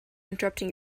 interrupting